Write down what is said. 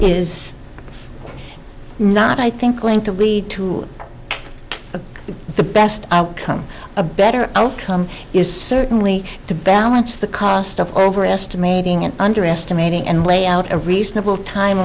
is not i think going to lead to the best outcome a better outcome is certainly to balance the cost of overestimating and underestimating and lay out a reasonable